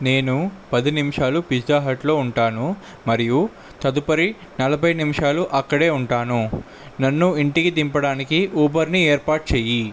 నేను పది నిమిషాల్లో పిజ్జా హట్లో ఉంటాను మరియు తదుపరి నలభై నిమిషాలు అక్కడే ఉంటాను నన్ను ఇంటికి దింపడానికి ఊబర్ని ఏర్పాటు చేయి